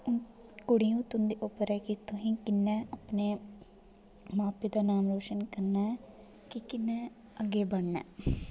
हून कुड़ियों तुं'दे उप्पर ऐ की तोहें कि'यां अपने मां प्योऽ दा नाम रोशन करना ऐ की कि'यां अग्गें बढ़ना ऐ